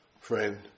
friend